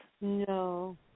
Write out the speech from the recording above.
No